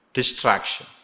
Distraction